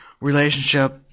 relationship